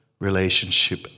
relationship